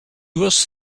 was